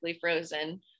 frozen